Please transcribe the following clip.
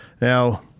Now